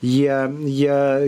jie jie